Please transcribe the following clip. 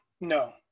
No